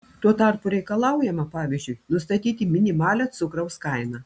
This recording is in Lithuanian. tuo tarpu reikalaujama pavyzdžiui nustatyti minimalią cukraus kainą